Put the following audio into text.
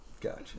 Gotcha